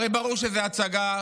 הרי ברור שזאת הצגה,